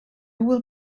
will